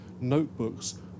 notebooks